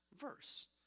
verse